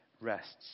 rests